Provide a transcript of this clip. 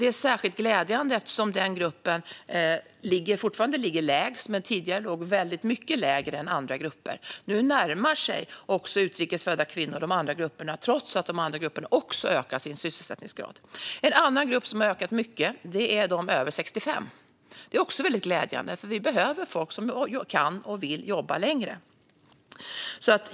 Det är särskilt glädjande. Den gruppen ligger fortfarande lägst, men tidigare låg den väldigt mycket lägre än andra grupper. Nu närmar sig de utrikesfödda kvinnorna de andra grupperna, trots att de andra grupperna också har ökat sin sysselsättningsgrad. En annan grupp som har ökat mycket är de över 65. Det är också väldigt glädjande, för vi behöver folk som kan och vill jobba längre.